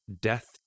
death